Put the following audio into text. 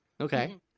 Okay